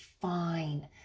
fine